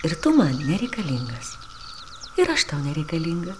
ir tu man nereikalingas ir aš tau nereikalinga